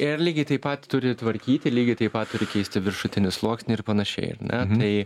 ir lygiai taip pat turi tvarkyti lygiai taip pat turi keisti viršutinį sluoksnį ir panašiai ar ne tai